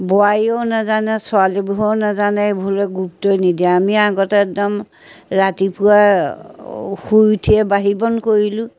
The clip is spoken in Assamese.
বোৱাৰীয়েও নাজানে ছোৱালীবোৰেও নাজানে এইবোৰলৈ গুৰুত্বই নিদিয়ে আমি আগতে একদম ৰাতিপুৱা শুই উঠিয়ে বাঢ়ি বন কৰিলোঁ